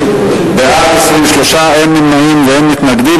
בעד, 23, אין נמנעים ואין מתנגדים.